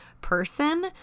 person